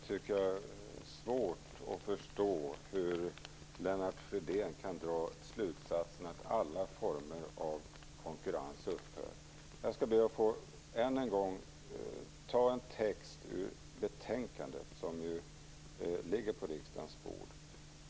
Fru talman! Det är svårt att förstå hur Lennart Fridén kan dra slutsatsen att alla former av konkurrens upphör. Jag ber att än en gång få ta en text ur det betänkande som ligger på riksdagens bord.